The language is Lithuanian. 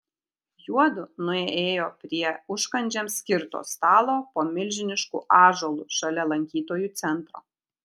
juodu nuėjo prie užkandžiams skirto stalo po milžinišku ąžuolu šalia lankytojų centro